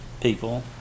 people